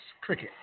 cricket